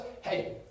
Hey